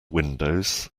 windows